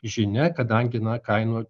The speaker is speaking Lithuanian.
žinia kadangi na kainų